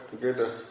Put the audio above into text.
together